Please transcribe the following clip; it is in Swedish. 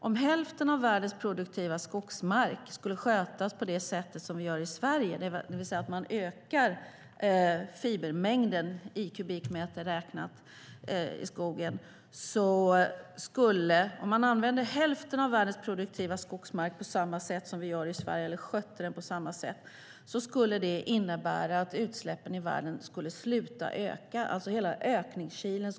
Om hälften av världens produktiva skogsmark skulle skötas på det sätt som vi gör i Sverige, det vill säga att man ökar fibermängden i kubikmeter räknat i skogen, skulle det innebära att utsläppen i världen skulle sluta öka. Vi skulle alltså ta hand om hela ökningskilen.